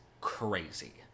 crazy